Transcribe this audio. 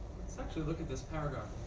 let's actually look at this paragraph.